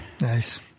nice